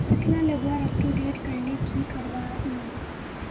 कतला लगवार अपटूडेट करले की करवा ई?